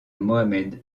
mohammed